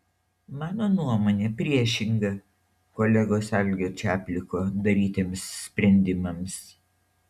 mano nuomonė priešinga kolegos algio čapliko darytiems sprendimams